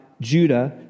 Judah